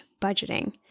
budgeting